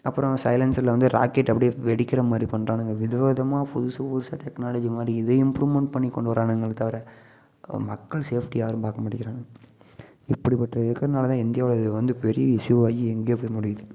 அப்புறோம் சைலன்சரில் வந்து ராக்கெட் அப்டே வெடிக்கிறமாதிரி பண்ணுறானுங்க விதவிதமாக புதுசுபுதுசாக டெக்னாலஜிமாதிரி இதையும் இம்ப்ரூமென்ட் பண்ணி கொண்டு வரானுங்களே தவிர மக்கள் சேஃப்டியை யாரும் பார்க்கமாட்டேங்கிறானுங்க இப்படிப்பட்டவங்க இருக்கிறதுனாலதான் இந்தியாவில் அது வந்து பெரிய இஷ்யூவ் ஆகி எங்கயோ போய் முடியுது